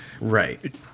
right